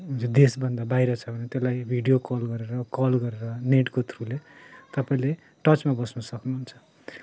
देशभन्दा बाहिर छ भने त्यसलाई भिडियो कल गरेर कल गरेर नेटको थ्रु ले तपाईँले टचमा बस्नु सक्नुहुन्छ